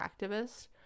activist